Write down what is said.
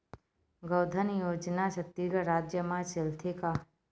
गौधन योजना छत्तीसगढ़ राज्य मा चलथे का?